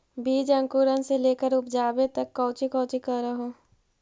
बीज अंकुरण से लेकर उपजाबे तक कौची कौची कर हो?